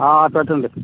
పెట్టండి